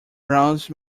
roused